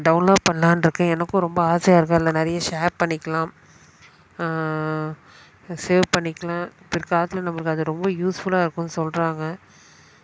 download பண்ணலாம்னு இருக்கேன் எனக்கும் ரொம்ப ஆசையாக இருக்குது அதில் நிறைய ஷேர் பண்ணிக்கலாம் சேவ் பண்ணிக்கலாம் பிற்காலத்தில் நமக்கு அது ரொம்ப யூஸ்ஃபுல்லாக இருக்கும்னு சொல்கிறாங்க